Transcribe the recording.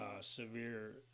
severe